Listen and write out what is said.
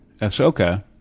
Ahsoka